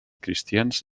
cristians